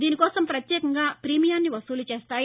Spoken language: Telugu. దీనికోసం ప్రత్యేకంగా ప్రీమియాన్ని వసూలు చేస్తాయి